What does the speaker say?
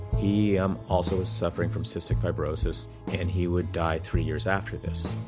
he um also was suffering from cystic fibrosis and he would die three years after this.